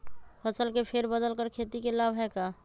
फसल के फेर बदल कर खेती के लाभ है का?